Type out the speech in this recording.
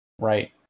right